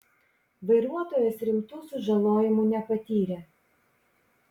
vairuotojas rimtų sužalojimų nepatyrė